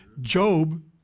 Job